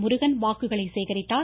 முருகன் வாக்குகளை சேகரித்தார்